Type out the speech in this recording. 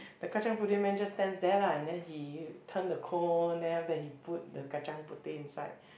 the kacang-puteh man just stands there lah and then he turn the cone then after that he put the kacang-puteh inside